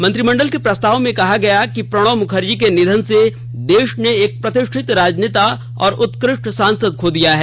मंत्रिमंडल के प्रस्ताव में कहा गया कि प्रणब मुखर्जी के निधन से देश ने एक प्रतिष्ठित राजनेता और उत्कृष्ट सांसद खो दिया है